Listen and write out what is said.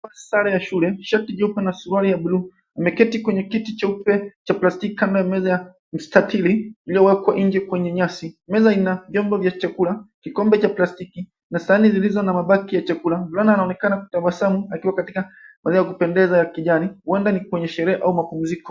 Sare ya shule shati jeupe na suruali ya bluu umeketi kwenye kiti cheupe cha plastiki kama meza mstatili ulio wekwa nje kwenye nyasi. Meza ina vyombo vya chakula kikombe cha plastiki na sahini zilizo na mabaki ya chakula. Mvulana anaonekana akitabasamu akiwa katika maeneo ya kupendeza ya kijani uenda ni kwenye sherehe au mapumziko.